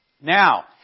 Now